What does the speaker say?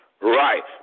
right